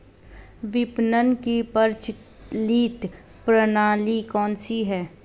विपणन की प्रचलित प्रणाली कौनसी है?